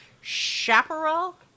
chaparral